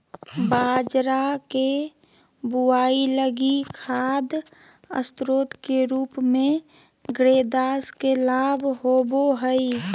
बाजरा के बुआई लगी खाद स्रोत के रूप में ग्रेदास के लाभ होबो हइ